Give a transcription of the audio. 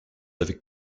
avec